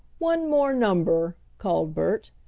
one more number, called bert.